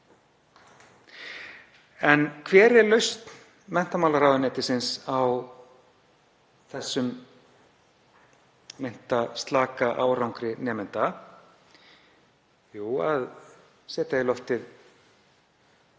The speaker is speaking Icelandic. En hver er lausn menntamálaráðuneytisins á þessum meinta slaka árangri nemenda? Jú, að setja í loftið